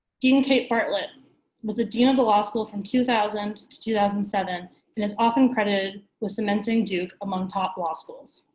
dean kate bartlett was the dean of the law school from two thousand to two thousand and seven and is often credited with cementing duke among top law schools.